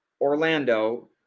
Orlando